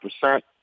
percent